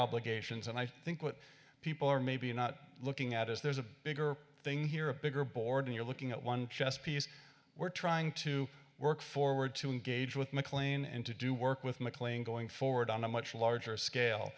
obligations and i think what people are maybe not looking at is there's a bigger thing here a bigger board and you're looking at one chess piece we're trying to work forward to engage with mclean and to do work with mclean going forward on a much larger scale